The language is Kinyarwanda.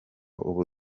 ubu